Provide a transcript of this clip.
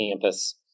campus